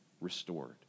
restored